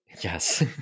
Yes